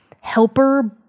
helper